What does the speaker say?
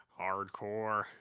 Hardcore